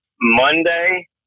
Monday